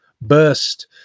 burst